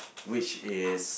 which is